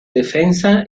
defensa